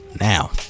Now